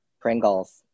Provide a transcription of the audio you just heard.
Pringles